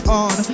on